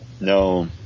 no